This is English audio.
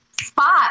spot